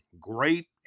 Great